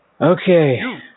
Okay